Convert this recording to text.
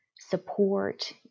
support